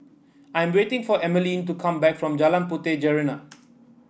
I'm waiting for Emmaline to come back from Jalan Puteh Jerneh